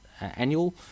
annual